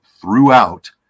throughout